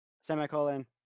semicolon